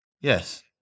Yes